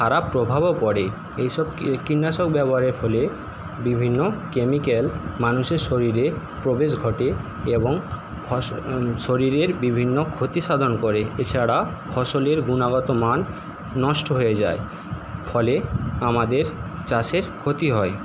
খারাপ প্রভাবও পড়ে এসব কীটনাশক ব্যবহারের ফলে বিভিন্ন কেমিক্যাল মানুষের শরীরে প্রবেশ ঘটে এবং ফসল শরীরের বিভিন্ন ক্ষতিসাধন করে এছাড়া ফসলের গুণগত মান নষ্ট হয়ে যায় ফলে আমাদের চাষের ক্ষতি হয়